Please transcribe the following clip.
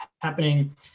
happening